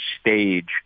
stage